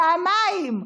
פעמיים.